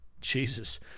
Jesus